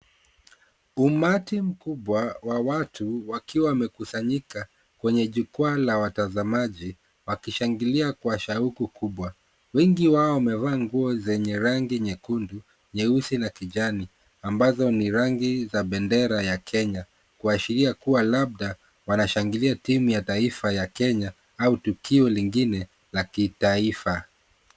Umati mkubwa wa watu wakiwa wamekusanyika kwenye jukwaa la watazamaji wakishangilia kwa shauku kubwa. Wengi wao wamevaa nguo zenye rangi nyekundu, nyeusi, na kijani, ambazo ni rangi za bendera ya Kenya, kuashiria kuwa labda wanashangilia timu ya taifa ya Kenya au tukio lingine la kitaifa.